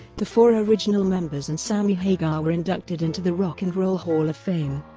the four original members and sammy hagar were inducted into the rock and roll hall of fame.